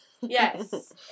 Yes